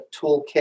toolkit